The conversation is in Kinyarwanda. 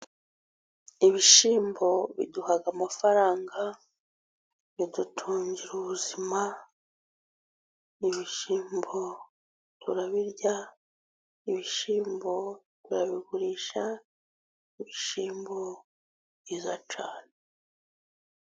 Ibishyimbo biduha amafaranga bidutungira ubuzima, ibishyimbo turabirya ibishyimbo turabigurisha, ibishyimbo ni byiza cyane.